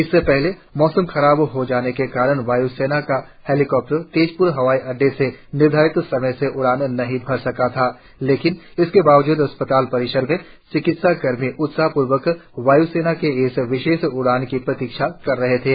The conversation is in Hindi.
इससे पहले मौसम खराब हो जाने के कारण वाय् सेना का हेलिकॉप्टर तेजप्र हवाई अड्डे से निर्धारित समय से उड़ान नही भर सका था लेकिन उसके बावजूद अस्पताल परिसर में चिकित्सा कर्मी उत्साह पूर्वक वाय्सेना के इस विशेष उड़ान की प्रतीक्षा कर रहे थे